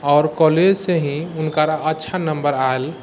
आओर कॉलेजसँ ही हुनकरा अच्छा नम्बर आएल